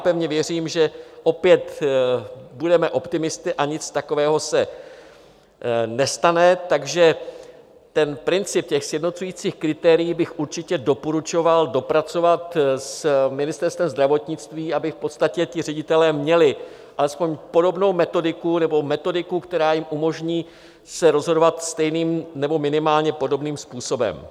Pevně věřím, že opět budeme optimisty a nic takového se nestane, takže princip sjednocujících kritérií bych určitě doporučoval dopracovat s Ministerstvem zdravotnictví, aby v podstatě ředitelé měli alespoň podobnou metodiku nebo metodiku, která jim umožní se rozhodovat stejným nebo minimálně podobným způsobem.